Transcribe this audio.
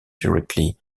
directly